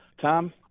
Tom